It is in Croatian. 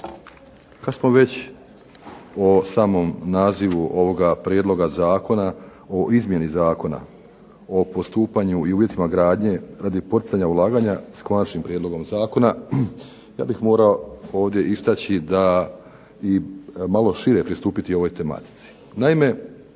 Kada smo već o samom nazivu ovoga Prijedloga Zakona o izmjeni zakona, o postupanju i uvjetima gradnje radi poticanja ulaganja, s Konačnim prijedlogom zakona ja bih morao ovdje istaći da i malo šire pristupiti ovoj tematici.